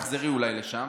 אולי תחזרי לשם.